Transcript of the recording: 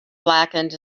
blackened